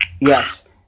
yes